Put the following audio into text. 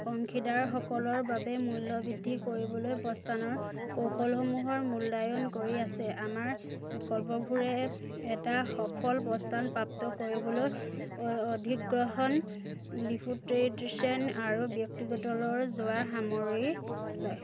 অংশীদাৰসকলৰ বাবে মূল্যবৃদ্ধি কৰিবলৈ প্ৰস্থানৰ কৌশলসমূহৰ মূল্যায়ন কৰি আছে আমাৰ বিকল্পবোৰে এটা সফল প্ৰস্থান প্ৰাপ্ত কৰিবলৈ অধিগ্ৰহণ লিফুটেডেশ্যন আৰু ব্যক্তিগতলৈ যোৱা সামৰি লয়